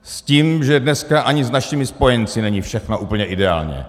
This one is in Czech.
S tím, že dneska ani s našimi spojenci není všechno úplně ideální.